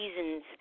seasons